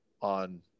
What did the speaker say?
on